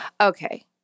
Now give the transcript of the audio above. Okay